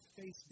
face